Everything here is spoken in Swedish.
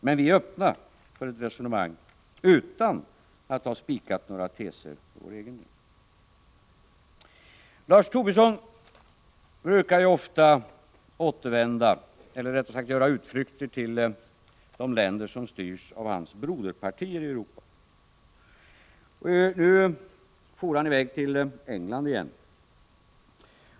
Men vi är öppna för ett resonemang utan att ha spikat några teser för egen del. Lars Tobisson brukar ofta göra utflykter till de länder i Europa som styrs av hans broderpartier. Nu for han i väg till England igen.